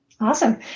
Awesome